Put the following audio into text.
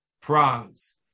prongs